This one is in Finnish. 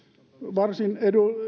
varsin